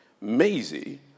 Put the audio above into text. Maisie